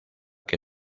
que